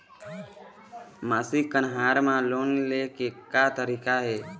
मासिक कन्हार म लोन ले के का तरीका हे?